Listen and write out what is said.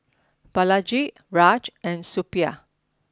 Balaji Raj and Suppiah